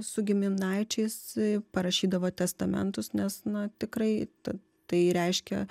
su giminaičiais parašydavo testamentus nes na tikrai ta tai reiškia